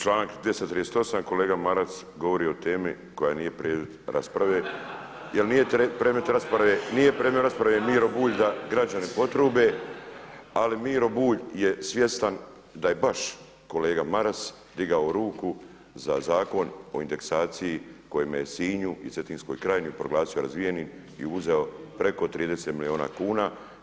Članak 238. kolega Maras govori o temi koja nije predmet rasprave jer nije predmet rasprave Miro Bulj da građani potrube, ali Miro Bulj je svjestan da je baš kolega Maras digao ruku za Zakon o indeksaciji kojim je Sinju i Cetinskoj krajini proglasio razvijenim i uzeo preko 30 milijuna kuna.